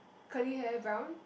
curly hair brown